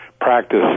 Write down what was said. practice